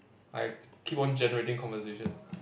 I keep on generating conversation